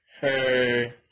Hey